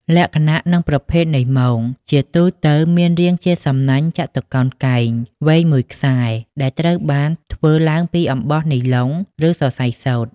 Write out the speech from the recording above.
លក្ខណៈនិងប្រភេទនៃមង ជាទូទៅមានរាងជាសំនាញ់ចតុកោណកែងវែងមួយខ្សែដែលត្រូវបានធ្វើឡើងពី អំបោះនីឡុង ឬសរសៃសូត្រ។